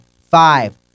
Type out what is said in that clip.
five